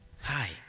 Hi